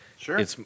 Sure